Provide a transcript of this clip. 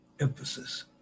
emphasis